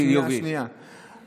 שנייה, שנייה, שנייה.